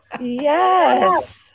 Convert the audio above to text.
Yes